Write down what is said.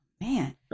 man